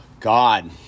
God